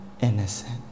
innocent